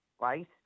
right